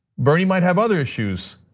bernie might have other issues,